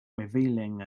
revealing